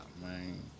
man